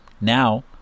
Now